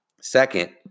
Second